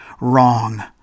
wrong